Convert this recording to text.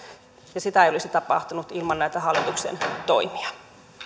ja sitä ei olisi tapahtunut ilman näitä hallituksen toimia